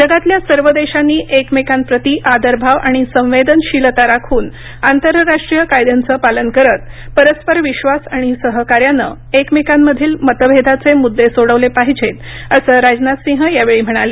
जगातल्या सर्व देशांनी एकमेकांप्रती आदरभाव आणि संवेदनशीलता राखून आंतरराष्ट्रीय कायद्यांच पालन करत परस्पर विश्वास आणि सहकार्यानं एकमेकांमधील मतभेदाचे मुद्दे सोडवले पाहिजेत असं राजनाथ सिंह यावेळी म्हणाले